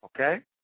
okay